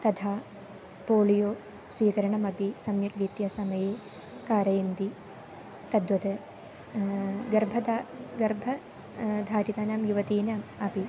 तथा पोळियो स्वीकरणमपि सम्यक् रीत्या समये कारयन्ति तद्वत् गर्भं गर्भं धारितानां युवतीनाम् अपि